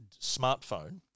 smartphone